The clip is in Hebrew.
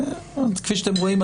כפי שאתם רואים,